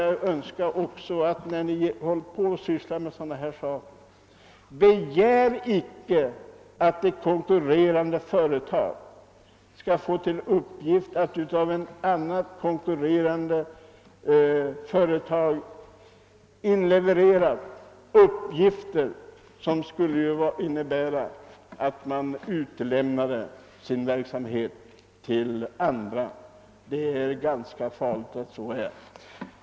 Jag vill samtidigt framhålla angelägenheten av att de som handlägger dessa frågor inte begär att ett företag skall tillhandahålla uppgifter, som innebär ett utlämnande av den egna verksamheten till ett konkurrerande företag. Det är ganska farligt att så sker.